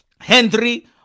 Henry